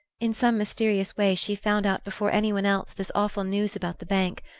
in some mysterious way she found out before any one else this awful news about the bank.